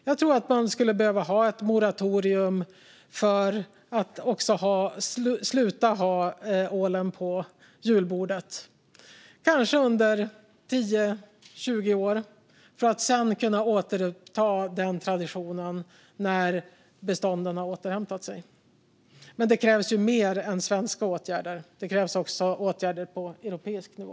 Jag tror att vi skulle behöva ett moratorium för att man ska sluta ha ålen på julbordet, kanske under 10-20 år, för att sedan kunna återuppta traditionen när bestånden har återhämtat sig. Men det krävs mer än svenska åtgärder. Det krävs åtgärder också på europeisk nivå.